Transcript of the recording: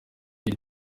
iri